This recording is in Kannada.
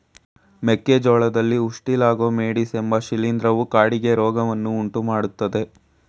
ಮೆಕ್ಕೆ ಜೋಳದಲ್ಲಿ ಉಸ್ಟಿಲಾಗೊ ಮೇಡಿಸ್ ಎಂಬ ಶಿಲೀಂಧ್ರವು ಕಾಡಿಗೆ ರೋಗವನ್ನು ಉಂಟುಮಾಡ್ತದೆ